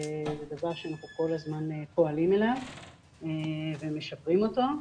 זה דבר שאנחנו על הזמן פועלים בשבילו ומשפרים אותו.